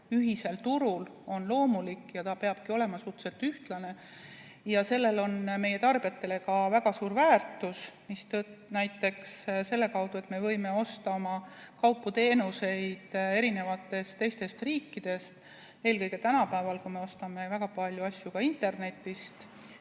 ühisel turul on loomulik. See peabki olema suhteliselt ühtlane. Ja sellel on meie tarbijatele ka väga suur väärtus. Näiteks tänu sellele me võime osta oma kaupu-teenuseid ka teistest riikidest. Eelkõige tänapäeval, kui me ostame väga palju asju ka internetist,